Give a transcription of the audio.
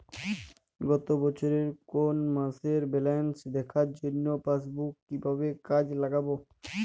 গত বছরের কোনো মাসের ব্যালেন্স দেখার জন্য পাসবুক কীভাবে কাজে লাগাব?